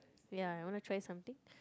ya you wanna try something